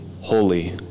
Holy